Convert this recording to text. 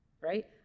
right